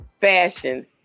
fashion